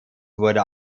wurde